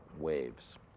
waves